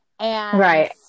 Right